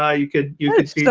ah you could you could see